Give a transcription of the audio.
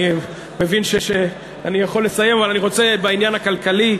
אני מבין שאני יכול לסיים אבל אני רוצה בעניין הכלכלי.